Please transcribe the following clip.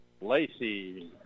Lacey